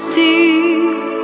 deep